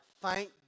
thank